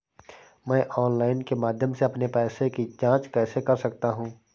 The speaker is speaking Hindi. मैं ऑनलाइन के माध्यम से अपने पैसे की जाँच कैसे कर सकता हूँ?